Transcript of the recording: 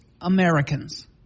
Americans